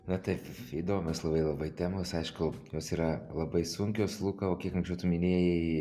na taip įdomios labai labai temos aišku jos yra labai sunkios luka o kiek anksčiau tu minėjai